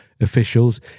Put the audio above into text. officials